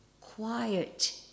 Quiet